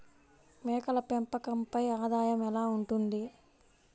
మేకల పెంపకంపై ఆదాయం ఎలా ఉంటుంది?